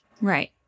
Right